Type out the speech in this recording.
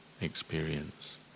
experience